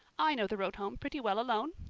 i know the road home pretty well alone.